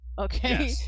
Okay